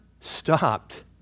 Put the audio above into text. stopped